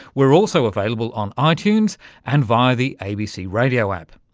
we're also available on ah itunes and via the abc radio app.